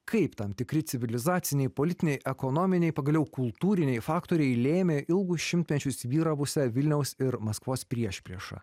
kaip tam tikri civilizaciniai politiniai ekonominiai pagaliau kultūriniai faktoriai lėmė ilgus šimtmečius vyravusią vilniaus ir maskvos priešpriešą